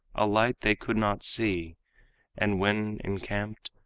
a light they could not see and when encamped,